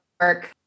work